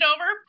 over